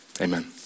amen